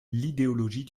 l’idéologie